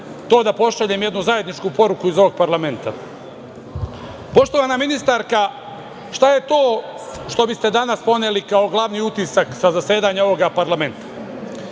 to da pošaljem jednu zajedničku poruku iz ovog parlamenta. Poštovana ministarka, šta je to što biste danas poneli kao glavni utisak sa zasedanja ovog parlamenta?